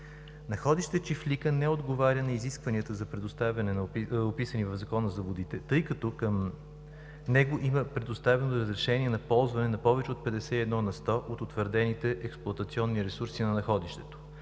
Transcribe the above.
Находище „Чифлика“ не отговаря на изискванията за предоставяне, описани в Закона за водите, тъй като към него има предоставено разрешение за ползване на повече на 51 на сто от утвърдените експлоатационни ресурси на находището.